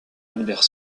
albert